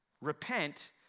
Repent